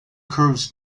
curves